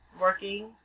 working